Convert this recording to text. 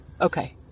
Okay